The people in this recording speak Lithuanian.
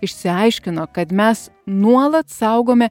išsiaiškino kad mes nuolat saugome